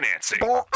financing